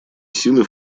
силы